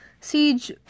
Siege